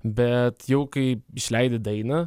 bet jau kai išleidi dainą